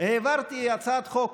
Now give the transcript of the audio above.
העברתי הצעת חוק.